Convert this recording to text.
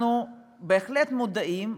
אנחנו בהחלט מודעים,